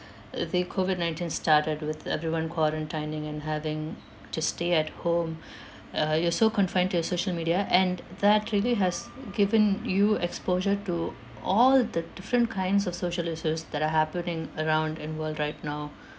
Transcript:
the COVID-nineteen started with everyone quarantining and having to stay at home uh you're so confined to the social media and that really has given you exposure to all the different kinds of social issues that are happening around in the world right now